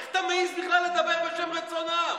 איך אתה מעז בכלל לדבר בשם רצון העם?